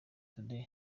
today